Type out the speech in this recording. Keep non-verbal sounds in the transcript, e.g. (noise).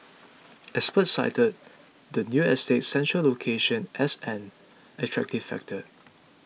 (noise) experts cited the new estate's central location as an attractive factor